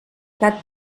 gat